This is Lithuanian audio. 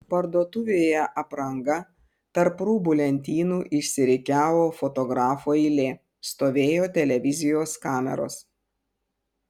parduotuvėje apranga tarp rūbų lentynų išsirikiavo fotografų eilė stovėjo televizijos kameros